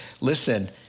listen